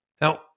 Now